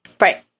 Right